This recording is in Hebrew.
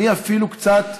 אני אפילו קצת,